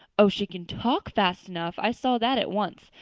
oh, she can talk fast enough. i saw that at once.